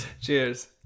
Cheers